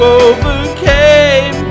overcame